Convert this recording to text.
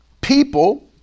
people